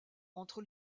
entre